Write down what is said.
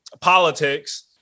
politics